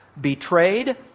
betrayed